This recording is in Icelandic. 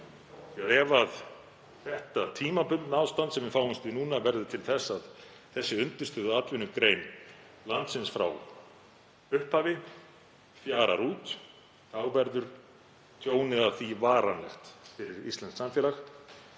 upp. Ef þetta tímabundna ástand sem við fáumst við núna verður til þess að þessi undirstöðuatvinnugrein landsins frá upphafi fjarar út þá verður tjónið af því varanlegt fyrir íslenskt samfélag.